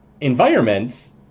environments